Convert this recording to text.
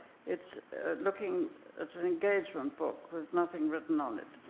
it's looking at an engagement book with nothing written on it.